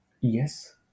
yes